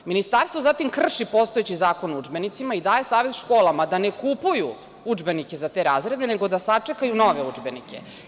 Ministarstvo zatim krši postojeći Zakon o udžbenicima i daje savet školama da ne kupuju udžbenike za te razrede, nego da sačekaju nove udžbenike.